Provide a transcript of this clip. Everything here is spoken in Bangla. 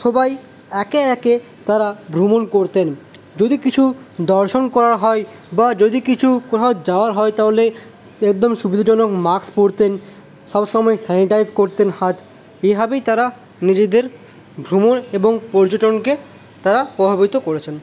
সবাই একে একে তারা ভ্রমণ করতেন যদি কিছু দর্শন করার হয় বা যদি কিছু কোথাও যাওয়ার হয় তাহলে একদম সুবিধাজনক মাস্ক পরতেন সবসময় স্যানিটাইজ করতেন হাত এভাবেই তারা নিজেদের ভ্রমণ এবং পর্যটনকে তারা প্রভাবিত করেছেন